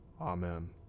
Amen